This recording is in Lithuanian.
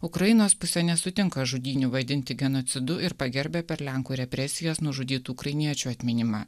ukrainos pusė nesutinka žudynių vadinti genocidu ir pagerbia per lenkų represijas nužudytų ukrainiečių atminimą